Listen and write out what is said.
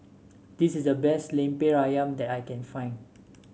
this is the best lemper ayam that I can find